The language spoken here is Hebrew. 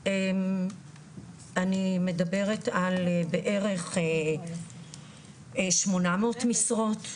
אני מדברת על בערך שמונה מאות משרות,